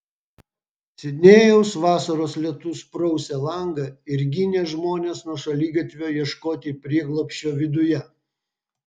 sidnėjaus vasaros lietus prausė langą ir ginė žmones nuo šaligatvio ieškoti prieglobsčio viduje